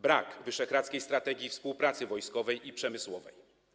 Brak wyszehradzkiej strategii współpracy wojskowej i przemysłowej.